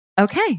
okay